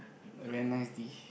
very nice dish